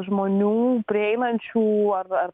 žmonių prieinančių arba ar